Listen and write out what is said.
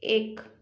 एक